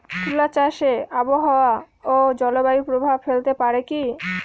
তুলা চাষে আবহাওয়া ও জলবায়ু প্রভাব ফেলতে পারে কি?